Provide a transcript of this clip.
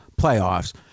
playoffs